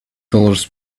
dollars